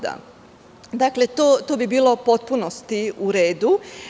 Dakle, to bi bilo u potpunosti u redu.